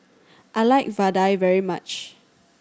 I like vadai very much